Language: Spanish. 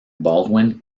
baldwin